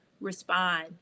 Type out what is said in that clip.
respond